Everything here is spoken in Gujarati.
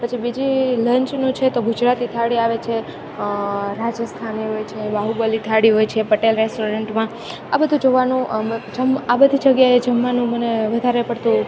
પછી બીજી લંચનું છે તો ગુજરાતી થાળી આવે છે રાજસ્થાની આવે છે બાહુબલી થાળી હોય છે પટેલ રેસ્ટોરન્ટમાં આ બધું જોવાનું આ બધી જગ્યાએ જમવાનું મને વધારે પડતું